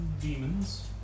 demons